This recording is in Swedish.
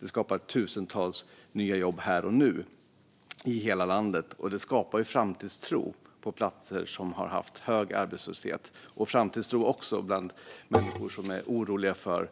Det skapar tusentals nya jobb här och nu i hela landet, och det skapar framtidstro på platser som haft hög arbetslöshet och framtidstro bland människor som är oroliga för